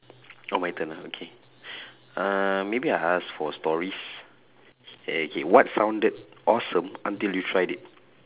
oh my turn ah okay uh maybe I ask for stories okay what sounded awesome until you tried it